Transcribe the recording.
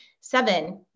Seven